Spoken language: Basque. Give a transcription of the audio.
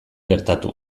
gertatu